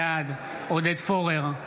בעד עודד פורר,